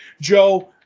Joe